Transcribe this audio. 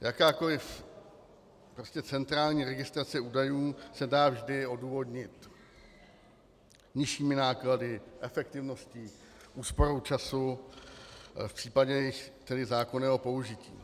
Jakákoliv centrální registrace údajů se dá vždy odůvodnit nižšími náklady, efektivností, úsporou času v případě jejich zákonného použití.